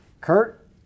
Kurt